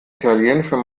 italienischen